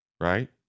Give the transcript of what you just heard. right